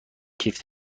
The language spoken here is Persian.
کیف